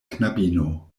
knabino